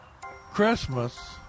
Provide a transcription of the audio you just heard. Christmas